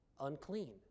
unclean